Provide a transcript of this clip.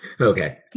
Okay